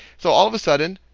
so all of a sudden,